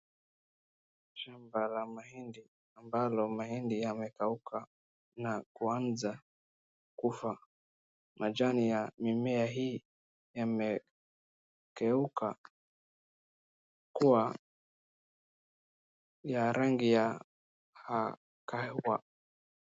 Shamba la mahindi ambalo mahindi yamekauka na kuanza kufa. Majani ya mimea hii yamegeuka kuwa ya rangi ya ha, kahua.